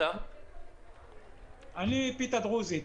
פיתה דרוזית.